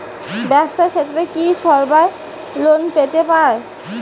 ব্যবসার ক্ষেত্রে কি সবায় লোন তুলির পায়?